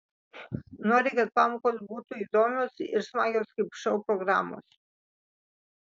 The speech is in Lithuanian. nori kad pamokos būtų įdomios ir smagios kaip šou programos